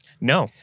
No